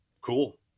cool